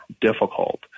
difficult